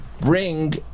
bring